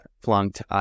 flunked